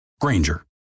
Granger